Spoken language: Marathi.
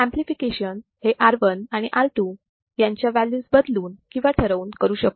अंपलिफिकेशन हे R1 आणि R2 यांच्या व्हॅल्यूज बदलून किंवा ठरवून करू शकतो